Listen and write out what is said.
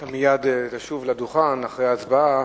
אתה מייד תשוב לדוכן אחרי ההצבעה.